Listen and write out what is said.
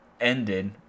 ended